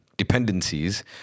dependencies